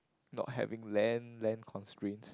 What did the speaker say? not having land land constraints